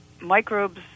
microbes